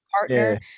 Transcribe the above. partner